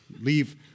Leave